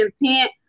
intent